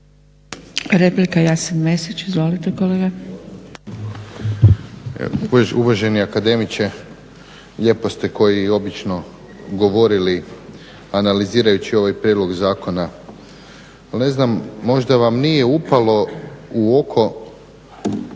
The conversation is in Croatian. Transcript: Replika Jasen Mesić, izvolite kolega. **Mesić, Jasen (HDZ)** Uvaženi akademiče lijepo ste kao i obično govorili analizirajući ovaj prijedlog zakona ali ne znam možda vam nije upalo u oko